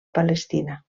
palestina